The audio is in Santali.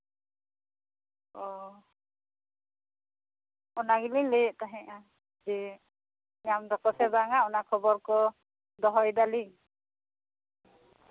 ᱚᱻ ᱚᱱᱟ ᱜᱮᱞᱤᱧ ᱞᱟᱹᱭᱮᱫ ᱛᱟᱦᱮᱸᱱᱟ ᱡᱮ ᱧᱟᱢ ᱫᱟᱠᱚ ᱥᱮ ᱵᱟᱝᱟ ᱚᱱᱟ ᱠᱷᱚᱵᱚᱨ ᱠᱚ ᱫᱚᱦᱚᱭ ᱫᱟᱞᱤᱧ